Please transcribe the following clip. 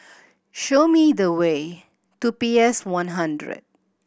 show me the way to P S One hundred